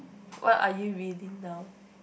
what are you reading now